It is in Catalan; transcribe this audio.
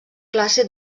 classe